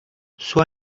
sua